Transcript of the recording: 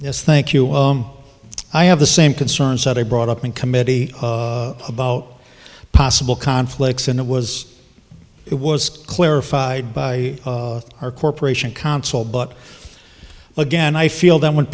yes thank you i have the same concerns that i brought up in committee about possible conflicts and it was it was clarified by our corporation consul but again i feel that when